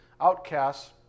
outcasts